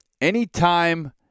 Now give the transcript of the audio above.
anytime